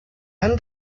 han